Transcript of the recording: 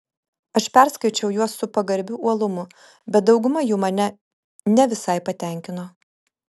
aš perskaičiau juos su pagarbiu uolumu bet dauguma jų mane ne visai patenkino